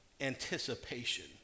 anticipation